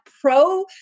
pro